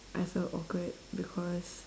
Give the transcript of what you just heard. I felt awkward because